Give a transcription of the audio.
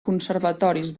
conservatoris